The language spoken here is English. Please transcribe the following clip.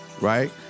right